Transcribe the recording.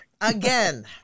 again